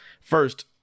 First